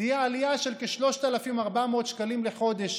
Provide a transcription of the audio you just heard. תהיה עלייה של כ-3,400 שקלים לחודש